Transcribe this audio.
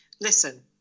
Listen